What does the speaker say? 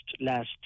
last